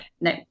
no